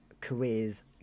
careers